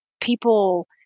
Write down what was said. people